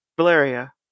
valeria